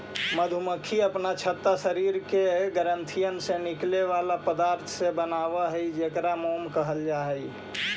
मधुमक्खी अपन छत्ता शरीर के ग्रंथियन से निकले बला पदार्थ से बनाब हई जेकरा मोम कहल जा हई